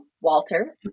Walter